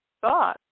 thought